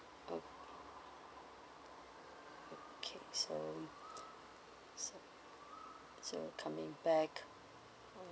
oh okay so s~ so coming back